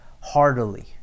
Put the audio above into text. heartily